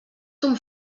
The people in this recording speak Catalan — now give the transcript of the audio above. ton